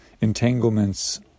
entanglements